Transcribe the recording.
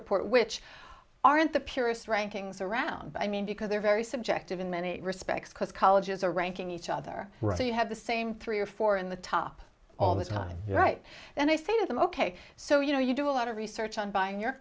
report which aren't the purest rankings around i mean because they're very subjective in many respects because colleges are ranking each other you have the same three or four in the top all the time right then i say to them ok so you know you do a lot of research on buying your